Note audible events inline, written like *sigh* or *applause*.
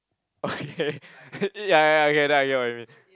*laughs* okay *laughs* ya ya ya okay then I get what you mean